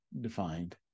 defined